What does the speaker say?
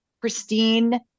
pristine